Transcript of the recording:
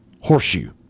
horseshoe